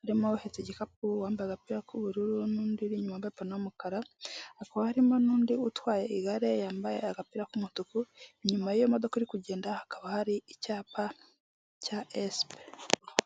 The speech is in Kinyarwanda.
harimo uhetse igikapu, wambaye agapira k'ubururu n'undi uri inyuma gato y'umukara hakaba harimo n'undi utwaye igare yambaye agapira k'umutuku inyuma y'iyomodoka iri kugenda hakaba hari icyapa cya esipe (s p).